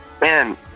man